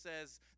says